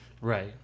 Right